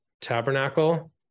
tabernacle